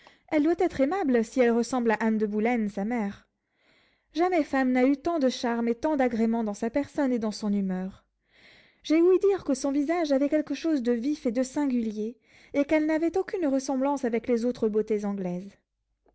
elle doit être aimable si elle ressemble à anne de boulen sa mère jamais femme n'a eu tant de charmes et tant d'agrément dans sa personne et dans son humeur j'ai ouï dire que son visage avait quelque chose de vif et de singulier et qu'elle n'avait aucune ressemblance avec les autres beautés anglaises